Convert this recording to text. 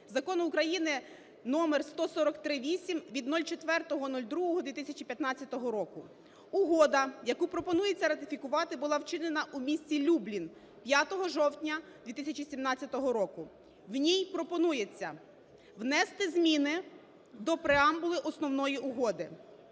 Закону України (№ 1438) від 04.02.2015 року. Угода, яку пропонується ратифікувати, була вчинена у місті Люблін 5 жовтня 2017 року. В ній пропонується внести зміни до преамбули основної угоди.